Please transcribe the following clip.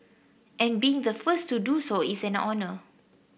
and being the first to do so is an honour